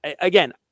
again